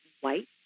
white